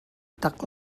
tak